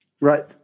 Right